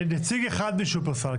נציג אחד משופרסל,